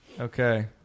Okay